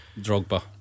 Drogba